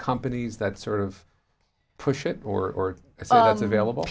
companies that sort of push it or if it's available